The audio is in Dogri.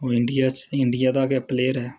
ओह् इंडिया च इंडिया दा गै प्लेयर ऐ